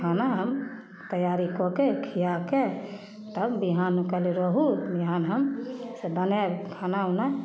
खाना हम तैयारी कऽके खिआके तब बिहानमे कहलियै रहू बिहान हमसँ बनायब खाना उना